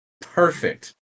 Perfect